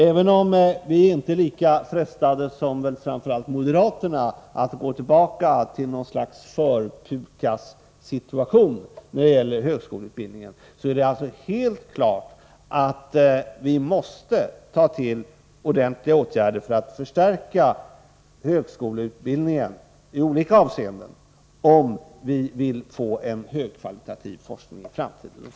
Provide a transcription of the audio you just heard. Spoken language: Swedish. Även om vi inte är lika frestade som väl framför allt moderaterna att gå tillbaka till något slags för-PUKAS-situation när det gäller högskoleutbildningen, så är det alltså helt klart att vi måste ta till ordentliga åtgärder för att förstärka högskoleutbildningen i olika avseenden, om vi vill få en högkvalitativ forskning i framtiden.